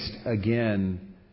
again